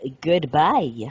goodbye